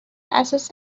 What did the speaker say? اساس